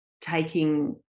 taking